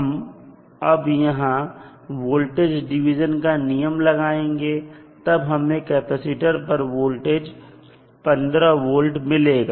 हम अब यहां वोल्टेज डिवीजन का नियम लगाएंगे तब हमें कैपेसिटर पर वोल्टेज 15 volt मिलेगा